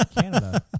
Canada